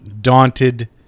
daunted